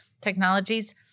technologies